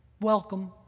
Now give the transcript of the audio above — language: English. Welcome